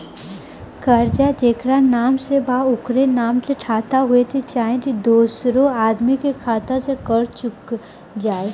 कर्जा जेकरा नाम से बा ओकरे नाम के खाता होए के चाही की दोस्रो आदमी के खाता से कर्जा चुक जाइ?